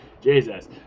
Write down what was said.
Jesus